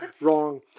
Wrong